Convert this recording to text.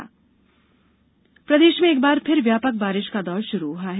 मौसम प्रदेश में एक बार फिर व्यापक बारिश का दौर शुरू हुआ है